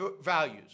values